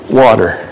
water